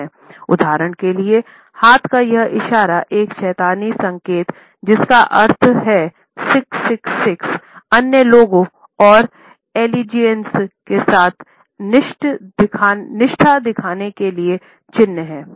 उदाहरण के लिए हाथ का यह चिन्ह एक शैतानी संकेत जिसका अर्थ है 666 अन्य लोगों और अल्लेजियन्स के साथ निष्ठा दिखाने के लिए चिन्ह हैं